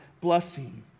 blessing